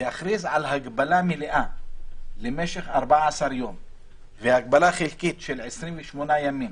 להכריז על הגבלה מלאה למשך 14 יום והגבלה חלקית של 28 ימים,